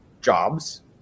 jobs